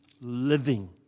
living